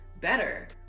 better